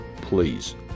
please